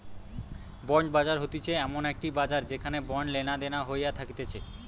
bond বাজার হতিছে এমন একটি বাজার যেখানে বন্ড লেনাদেনা হইয়া থাকতিছে